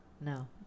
No